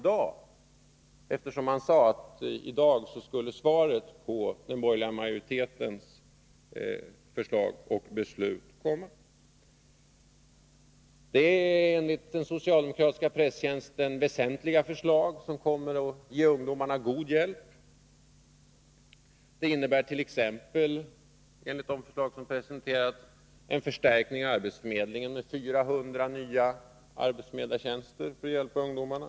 Det har ju sagts att svaret på den borgerliga majoritetens förslag och beslut skulle komma i dag. Enligt den socialdemokratiska presstjänsten är det fråga om väsentliga förslag som kommer att ge ungdomarna god hjälp. Man föreslår t.ex. en förstärkning av arbetsförmedlingen med 400 nya arbetsförmedlartjänster i syfte att hjälpa ungdomarna.